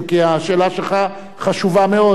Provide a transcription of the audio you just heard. אם כי השאלה שלך חשובה מאוד.